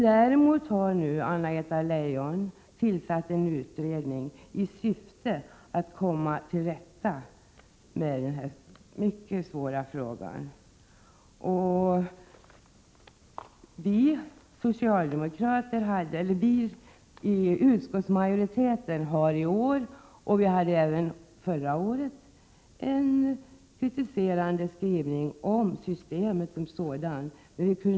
Däremot har Anna-Greta Leijon nu tillsatt en utredning i syfte att komma till rätta med detta mycket svåra problem. Vi i utskottsmajoriteten har i år en kritiserande skrivning om systemet som sådant. Det hade vi även förra året.